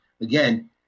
again